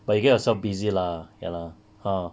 but you get yourself busy lah ya lah !huh!